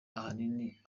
ahanini